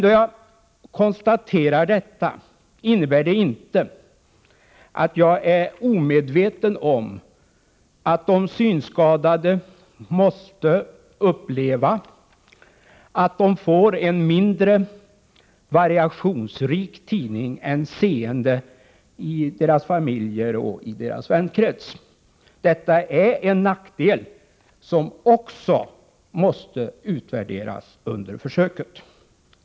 Då jag konstaterar detta innebär det inte att jag är omedveten om att de synskadade måste uppleva att de får en mindre variationsrik tidning än seende, i familjen och i vänkretsen. Detta är en nackdel som också måste utvärderas under försöket.